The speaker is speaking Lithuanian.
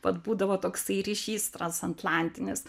vat būdavo toksai ryšys transatlantinis